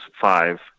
five